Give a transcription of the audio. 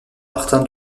martin